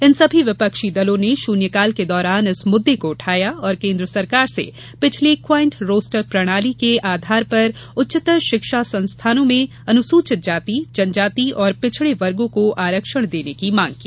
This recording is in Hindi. इन सभी विपक्षी दलों ने शून्यकाल के दौरान इस मुद्दे को उठाया और केन्द्र सरकार से पिछले क्वाइंट रोस्टर प्रणाली के आधार पर उच्चतर शिक्षा संस्थानों में अनुसूचित जाति जनजाति और पिछड़े वर्गों को आरक्षण देने की मांग की